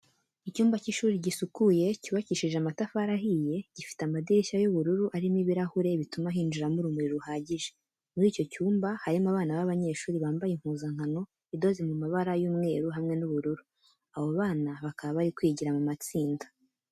Icyumba cy'ishuri gisukuye cyubakishije amatafari ahiye, gifite amadirishya y'ubururu arimo ibirahure bituma hinjiramo urumuri ruhagije. Muri icyo cyumba harimo, abana b'abanyeshuri bambaye impuzankano idoze mu mabara y'umweru hamwe n'ubururu, abo bana bakaba bari kwigira mu matsinda.